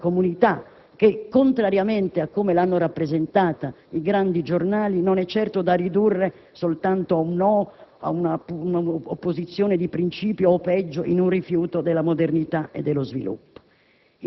con quella comunità che, contrariamente a come l'hanno rappresentata i grandi giornali, non è certo da identificare riduttivamente soltanto nel «no», in un'opposizione di principio o, peggio, in un rifiuto della modernità e dello sviluppo.